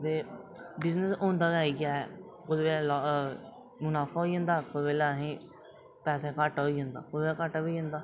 ते बिजनेस होंदा गै इ'यै कुसलै लॉस मनाफा बी होई जंदा कुसलै असें गी पैसे दा घाट्टा होई जंदा कुतै घाट्टा होई जंदा